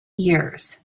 years